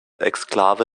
exklave